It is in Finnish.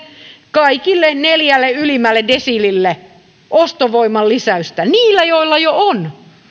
kaikille neljälle ylimmälle desiilille ostovoiman lisäystä niille joilla jo on